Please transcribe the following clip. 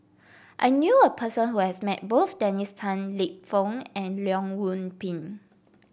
I knew a person who has met both Dennis Tan Lip Fong and Leong Yoon Pin